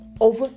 Over